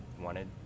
wanted